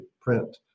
print